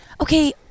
okay